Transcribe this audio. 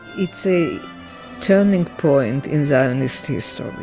it's a turning point in zionist history,